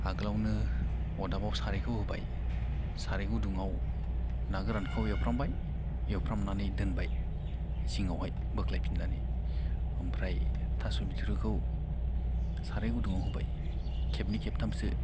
आगोलावनो अरदाबाव सारायखौ होबाय साराय गुदुङाव ना गोरानखौ एवफ्रामबाय एवफ्रामनानै दोनबाय जिङावहाय बोख्लायफिननानै ओमफ्राय थास' बिथ'रिखौ साराय गुदुङाव होबाय खेबनै खेबथामसो